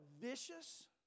vicious